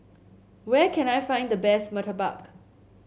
where can I find the best murtabak